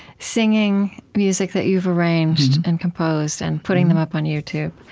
singing music that you've arranged and composed, and putting them up on youtube.